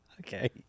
Okay